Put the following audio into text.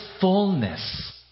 fullness